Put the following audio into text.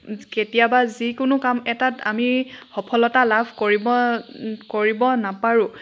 কেতিয়াবা যিকোনো কাম এটাত আমি সফলতা লাভ কৰিব কৰিব নাপাৰো